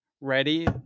ready